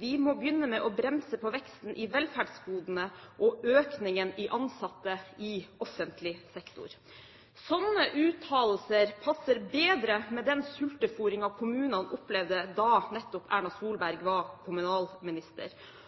«Vi må begynne med å bremse på veksten i velferdsgodene og økningen av ansatte i offentlig sektor.» Slike uttalelser passer bedre med den sultefôringen kommunene opplevde da nettopp Erna